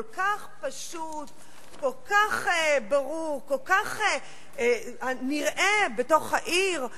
כל כך פשוט, כל כך ברור, כל כך נראה בתוך העיר.